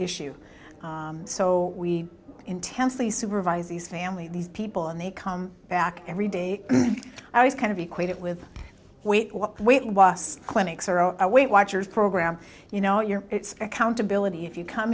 issue so we intensely supervise these family these people and they come back every day i was kind of equate it with wait what the wait was clinics are our weight watchers program you know you're it's accountability if you come